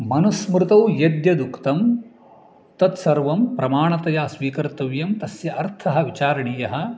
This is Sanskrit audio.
मनुस्मृतौ यद्यद् उक्तं तत्सर्वं प्रमाणतया स्वीकर्तव्यं तस्य अर्थः विचारणीयः